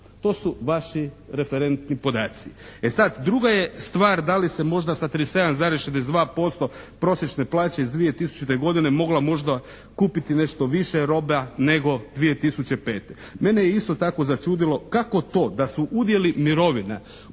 To su vaši referentni podaci. E sad, druga je stvar da li se možda sa 37,62% prosječne plaće iz 2000. godine moglo možda kupiti nešto više robe nego 2005. Mene je isto tako začudilo kako to da su udjeli mirovina